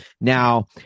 Now